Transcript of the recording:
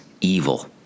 evil